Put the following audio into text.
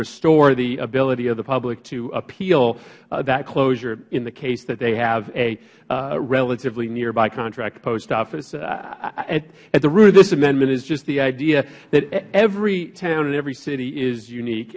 restore the ability of the public to appeal that closure in the case that they have a relatively nearby contract post office at the root of this amendment is just the idea that every town and every city is unique